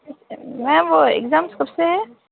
میم وہ ایگزامس کب سے ہے